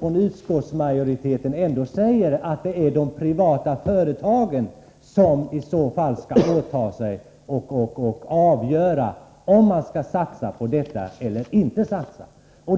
Från utskottsmajoritetens sida säger man ju att det är de privata företagen som skall åta sig att avgöra om man skall göra en satsning eller inte i detta avseende.